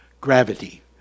gravity